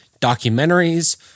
documentaries